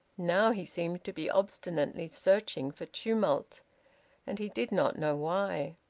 now he seemed to be obstinately searching for tumult and he did not know why.